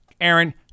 Aaron